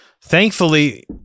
thankfully